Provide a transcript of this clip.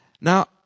Now